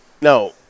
no